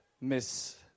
miss